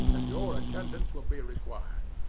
and your attendance will be required.